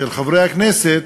של חברי הכנסת,